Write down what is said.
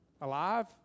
alive